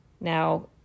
Now